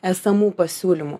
esamų pasiūlymų